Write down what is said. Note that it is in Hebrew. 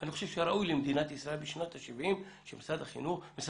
אני חושב שראוי למדינת ישראל בשנת ה-70 שמשרד המשפטים,